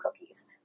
cookies